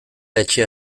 etxea